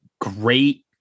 great